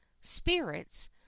spirits